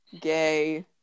gay